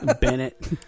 Bennett